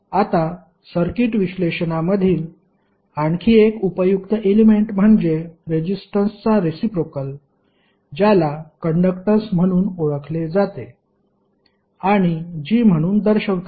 आता सर्किट विश्लेषणामधील आणखी एक उपयुक्त एलेमेंट म्हणजे रेजिस्टन्सचा रेसिप्रोकल ज्याला कंडक्टन्स म्हणून ओळखले जाते आणि G म्हणून दर्शवतात